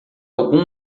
algum